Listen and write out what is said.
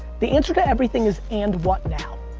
the answer to everything is, and what now,